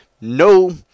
no